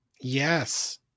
yes